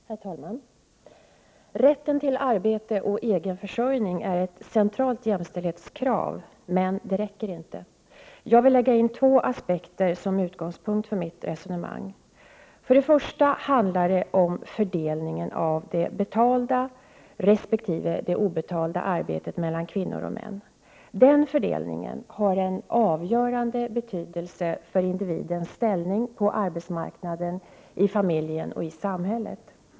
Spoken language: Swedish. Herr talman! Rätten till arbete och egen försörjning är ett centralt jämställdhetskrav. Men det räcker inte. Jag vill lägga in två aspekter som utgångspunkt för mitt resonemang. För det första handlar det om fördelningen av det betalda resp. det obetalda arbetet mellan kvinnor och män. Den fördelningen har en avgörande betydelse för individens ställning på arbetsmarknaden, i familjen och i samhället.